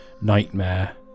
nightmare